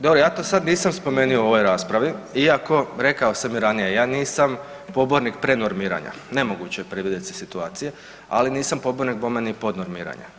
Dobro, ja to sad nisam spomenuo u ovoj raspravi, iako rekao sam i ranije, ja nisam pobornik pre normiranja, nemoguće je previdjeti se situacije, ali nisam pobornik bome ni pod normiranja.